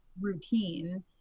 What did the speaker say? routine